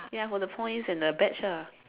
ya for the points and the badge ah